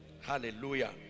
hallelujah